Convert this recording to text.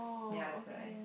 ya that's why